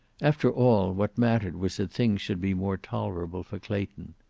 after all, what mattered was that things should be more tolerable for clayton.